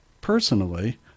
Personally